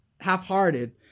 half-hearted